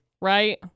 Right